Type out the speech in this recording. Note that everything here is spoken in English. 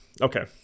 Okay